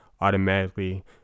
automatically